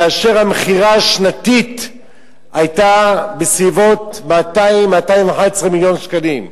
והמכירה השנתית היתה בסביבות 200 211 מיליון שקלים,